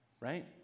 Right